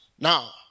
Now